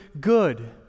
good